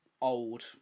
old